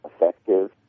effective